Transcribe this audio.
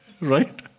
right